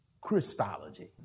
Christology